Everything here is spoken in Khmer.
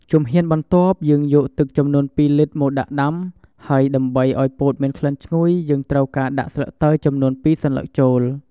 ជំហានបន្ទាប់ យើងយកទឹកចំនួន២លីត្រមកដាក់ដាំ ហើយដើម្បីឱ្យពោតមានក្លិនឈ្ងុយ យើងត្រូវការដាក់ស្លឹកតើយចំនួន២សន្លឹកចូល។